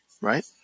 Right